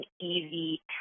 easy